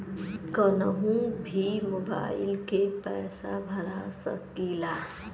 कन्हू भी मोबाइल के पैसा भरा सकीला?